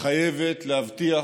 חייבת להבטיח